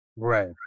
Right